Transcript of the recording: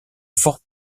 fort